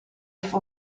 life